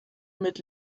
mit